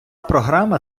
програма